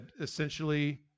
essentially